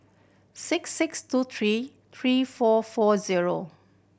six six two three three four four zero